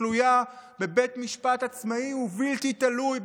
תלויה בבית משפט עצמאי ובלתי תלוי,